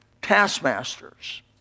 taskmasters